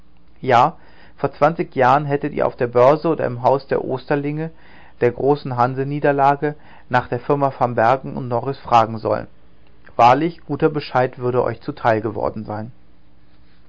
ja vor zwanzig jahren hättet ihr auf der börse oder im haus der oosterlinge der großen hansaniederlage nach der firma van bergen und norris fragen sollen wahrlich guter bescheid würde euch zuteil geworden sein